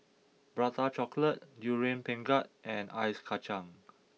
Prata Chocolate Durian Pengat and Ice Kacang